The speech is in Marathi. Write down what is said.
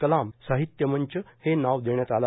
कलाम सहित्यमंच हे नाव देण्यात आलं